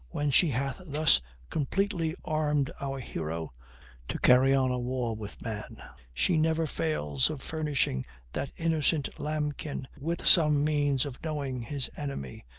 when she hath thus completely armed our hero to carry on a war with man, she never fails of furnishing that innocent lambkin with some means of knowing his enemy,